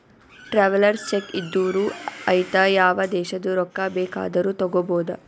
travellers cheque ಇದ್ದೂರು ಐಯ್ತ ಯಾವ ದೇಶದು ರೊಕ್ಕಾ ಬೇಕ್ ಆದೂರು ತಗೋಬೋದ